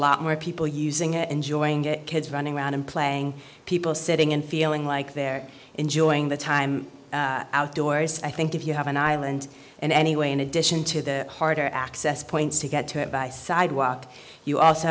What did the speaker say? lot more people using it enjoying it kids running around and playing people sitting in feeling like they're enjoying the time outdoors i think if you have an island and anyway in addition to the harder access points to get to it by sidewalk you also